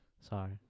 sorry